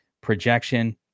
projection